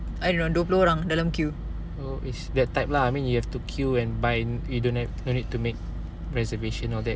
I don't know dua puluh orang dalam queue